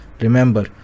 Remember